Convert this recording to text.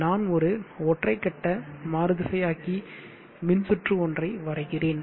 நான் ஒரு ஒற்றை கட்ட மாறுதிசையாக்கி மின்சுற்று ஒன்றை வரைகிறேன்